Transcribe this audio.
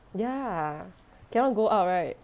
ya cannot go out right